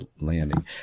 landing